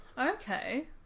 Okay